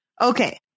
Okay